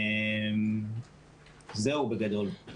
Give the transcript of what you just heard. זהו בגדול.